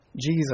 Jesus